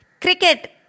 Cricket